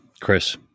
Chris